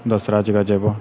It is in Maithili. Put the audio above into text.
दोसरा जगह जेबौ